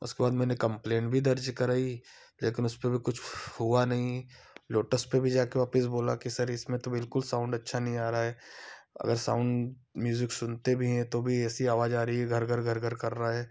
उसके बाद मैंने कंप्लेन भी दर्ज कराई लेकिन उस पर भी कुछ हुआ नहीं लोटस पर भी जाकर वापस बोला कि सर इसमें तो बिल्कुल साउंड अच्छा नहीं आ रहा है अगर साउंड म्यूज़िक सुनते भी हैं तो भी ऐसी आवाज़ आ रहइ है घर घर घर घर कर रह है